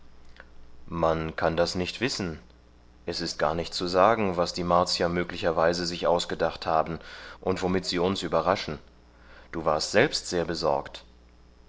man kann das nicht wissen es ist gar nicht zu sagen was die martier möglicherweise sich ausgedacht haben und womit sie uns überraschen du warst selbst sehr besorgt